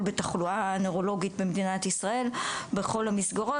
בתחלואה נוירולוגית במדינת ישראל בכל המסגרות,